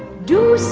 do